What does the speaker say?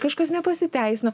kažkas nepasiteisino